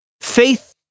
faith